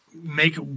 make